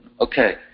Okay